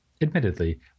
Admittedly